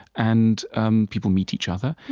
and um people meet each other.